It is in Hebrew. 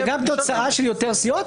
זו גם תוצאה של יותר סיעות,